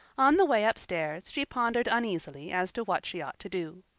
on the way upstairs she pondered uneasily as to what she ought to do.